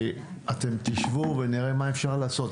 אתם תשבו ונראה מה אפשר לעשות,